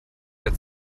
der